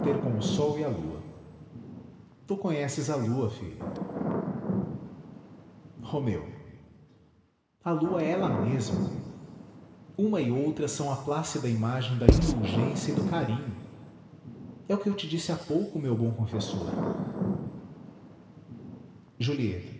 com o sol e a lua tu conheces a lua filha romeu a lua é ela mesma uma e outra são a plácida imagem da indulgência e do carinho é o que eu te disse há pouco meu bom confessor julieta